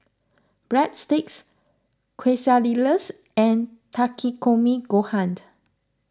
Breadsticks Quesadillas and Takikomi Gohaned